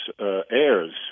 heirs